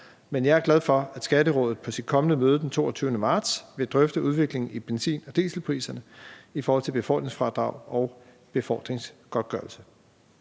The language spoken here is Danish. men jeg er glad for, at Skatterådet på sit kommende møde den 22. marts vil drøfte udviklingen i benzin- og dieselpriserne i forhold til befordringsfradrag og befordringsgodtgørelse.